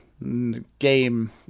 Game